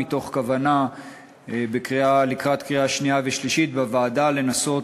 בכוונה שלקראת קריאה שנייה ושלישית לנסות